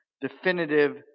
definitive